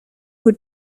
who